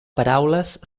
paraules